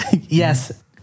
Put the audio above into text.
Yes